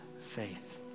faith